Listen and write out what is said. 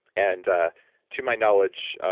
and ah to my knowledge,